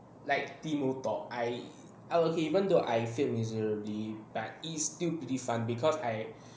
like teemo top I I okay even though I failed miserably but it's still pretty fun because I